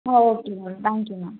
ah okay ma'am thank you ma'am